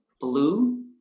blue